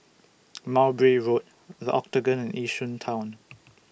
Mowbray Road The Octagon and Yishun Town